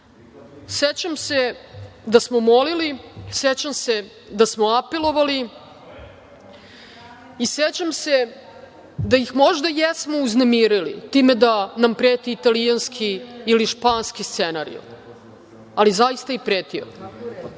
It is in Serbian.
sećam se da smo molili, sećam se da smo apelovali i sećam se da ih možda jesmo uznemirili time da nam preti italijanski ili španski scenario, ali zaista je i pretio.